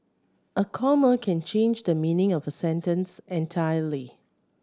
a comma can change the meaning of a sentence entirely